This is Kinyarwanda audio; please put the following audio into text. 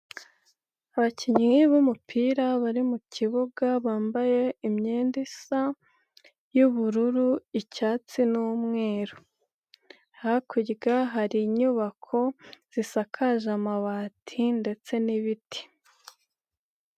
Abakinnyi b'umupira bari mu kibuga bambaye imyenda isa y'ubururu, icyatsi, n'umweru. Hakurya hari inyubako zisakaje amabati ndetse n'ibiti.